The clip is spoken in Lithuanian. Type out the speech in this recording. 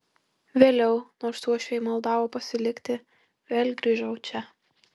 vėliau nors uošviai maldavo pasilikti vėl grįžau čia